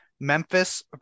Memphis